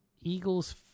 Eagles